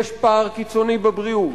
יש פער קיצוני בתרבות,